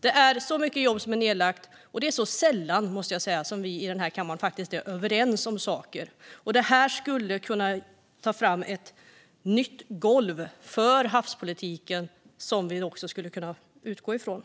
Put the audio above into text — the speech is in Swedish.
Det är så mycket jobb som är nedlagt, och det är så sällan som vi i denna kammare faktiskt är överens om saker. Och detta skulle kunna göra att ett nytt golv tas fram för havspolitiken som vi skulle kunna utgå från.